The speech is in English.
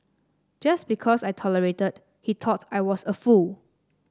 just because I tolerated he thought I was a fool